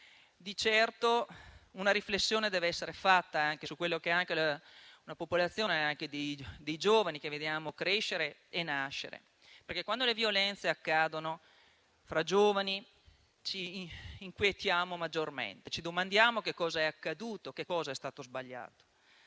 Di certo una riflessione deve essere fatta anche sulla popolazione dei giovani che vediamo crescere e nascere: ciò perché quando le violenze accadono fra giovani ci inquietano maggiormente e ci domandiamo che cosa è accaduto e che cosa è stato sbagliato.